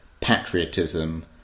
patriotism